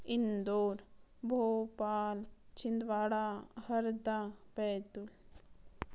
Indore Bhopal Chhindwara Harda पैदू